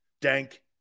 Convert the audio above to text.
Dank